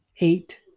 eight